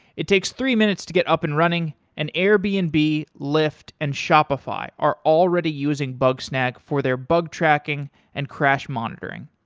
it takes three minutes to get up and running, an airbns, and lyft, and shopify are already using bugsnag for their bug tracking and crash monitoring.